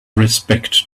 respect